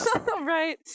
right